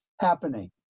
happening